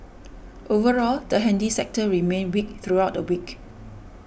overall the handy sector remained weak throughout the week